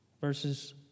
verses